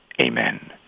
Amen